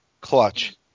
Clutch